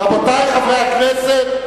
רבותי חברי הכנסת,